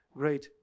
great